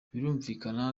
birumvikana